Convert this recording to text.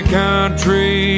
country